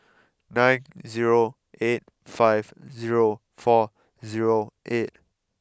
nine zero eight five zero four zero eight